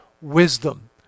wisdom